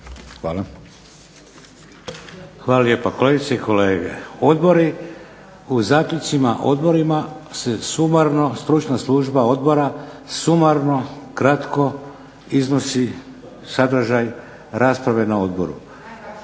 (HDZ)** Hvala lijepo. Kolegice i kolege, odbori, u zaključcima odborima se sumarno, stručna služba odbora sumarno, kratko iznosi sadržaj rasprave na odboru.